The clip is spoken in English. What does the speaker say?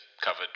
covered